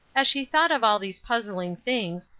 as she thought of all these puzzling things,